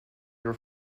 your